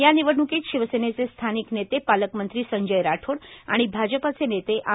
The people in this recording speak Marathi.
या निवडण्कीत शिवसेनेचे स्थानिक नेते पालकमंत्री संजय राठोड आणि भाजपाचे नेते आ